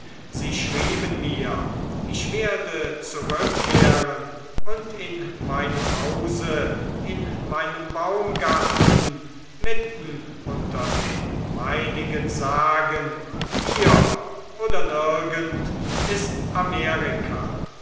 sie schrieben mir ich werde zurückkehren und in meinem hause in meinem baumgarten mitten unter den meinigen sagen hier oder nirgend ist amerika